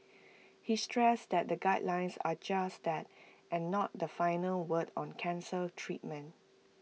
he stressed that the guidelines are just that and not the final word on cancer treatment